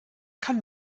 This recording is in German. kann